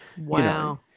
Wow